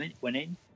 winning